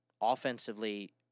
offensively